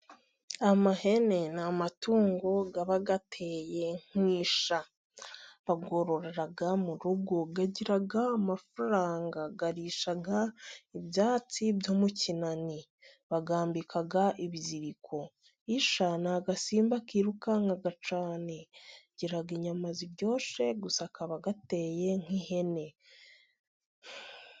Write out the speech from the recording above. Amahene ni amatungo aba ateye nk'Isha ,bayorora mu rugo ,agira amafaranga, arisha ibyatsi byo mu kinani ,bayambika ibiziriko .Isha ni agasimba kirukanka cyane kagira inyama ziryoshe, gusa kaba gateye nk'ihene.